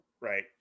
right